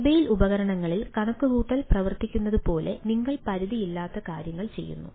mobile ഉപകരണത്തിൽ കണക്കുകൂട്ടൽ പ്രവർത്തിക്കുന്നതുപോലെ നിങ്ങൾ പരിധിയില്ലാതെ കാര്യങ്ങൾ ചെയ്യുന്നു